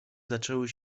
zaczęły